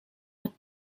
with